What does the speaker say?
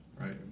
Right